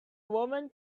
woman